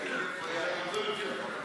איפה יאיר?